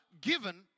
given